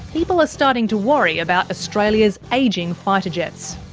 people are starting to worry about australia's ageing fighter jets.